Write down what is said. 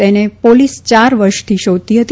તેને પોલીસ યાર વર્ષથી શોધતી હતી